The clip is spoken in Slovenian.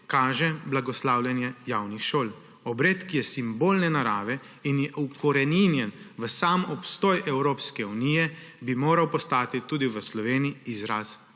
kaže blagoslavljanje javnih šol. Obred, ki je simbolne narave in je ukoreninjen v sam obstoj Evropske unije, bi moral postati tudi v Sloveniji izraz